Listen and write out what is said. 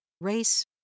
race